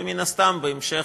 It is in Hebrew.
ומן הסתם בהמשך,